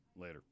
later